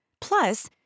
Plus